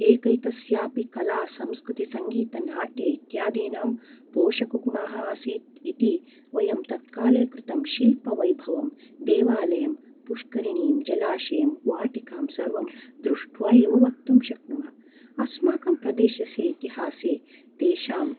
एकैकस्यापि कलासंस्कृतिसङ्गीतनाट्य इत्यादीनां पोषकगुणाः आसीत् इति वयं तत्काले कृतं शिल्पवैभवं देवालयं पुष्करिणीं जलाशयं वाटिकां सर्वं दृष्ट्वा एव वक्तुं शक्नुमः अस्माकं प्रदेशस्य इतिहासे तेषां